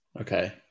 Okay